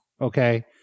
Okay